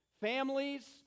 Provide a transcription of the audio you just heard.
families